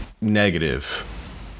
negative